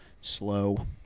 slow